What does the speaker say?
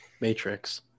matrix